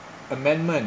amendment